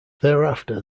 thereafter